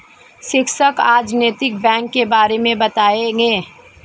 शिक्षक आज नैतिक बैंक के बारे मे बताएँगे